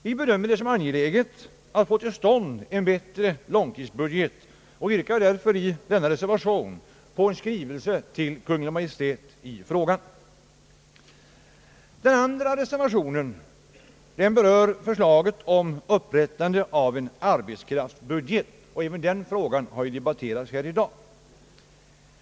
Vi bedömer det som angeläget att få till stånd en bättre långtidsbudget och yrkar därför i denna reservation på en skrivelse till Kungl. Maj:t i frågan. Den andra reservationen berör förslaget om upprättande av en arbetskraftsbudget, och även den frågan har debatterats här i dag.